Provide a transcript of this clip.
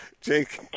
Jake